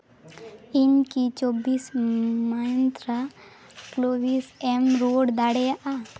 ᱤᱧᱠᱤ ᱪᱚᱵᱵᱤᱥ ᱢᱚᱭᱚᱱᱛᱟᱨᱟ ᱠᱳᱞᱵᱷᱮᱥ ᱮᱢ ᱨᱩᱣᱟᱹᱲ ᱫᱟᱲᱮᱭᱟᱜᱼᱟ